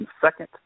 second